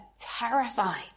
terrified